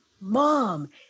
Mom